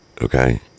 okay